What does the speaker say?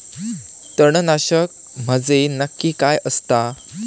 तणनाशक म्हंजे नक्की काय असता?